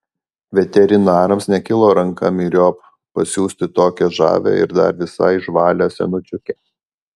veterinarams nekilo ranką myriop pasiųsti tokią žavią ir dar visai žvalią senučiukę